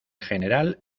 general